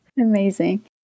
Amazing